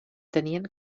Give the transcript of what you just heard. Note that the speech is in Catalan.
tenien